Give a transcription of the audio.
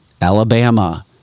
Alabama